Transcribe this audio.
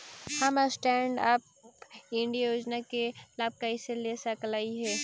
हम stand up India योजना के लाभ कइसे ले सकलिअई हे